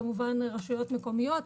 כמובן רשויות מקומיות,